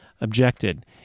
objected